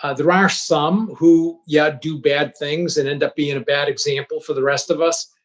ah there are some who, yeah, do bad things and end up being a bad example for the rest of us.